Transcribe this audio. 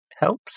helps